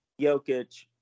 Jokic